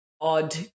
odd